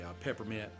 peppermint